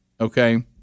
okay